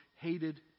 Hated